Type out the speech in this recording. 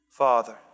Father